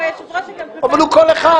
והוא גם היושב-ראש --- אבל הוא קול אחד,